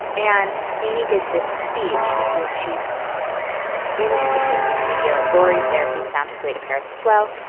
and amy gives this speech because she's in her painting studio. lori's there. he's found his way to paris as well.